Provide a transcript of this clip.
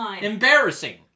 embarrassing